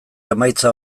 emaitza